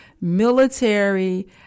military